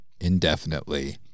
indefinitely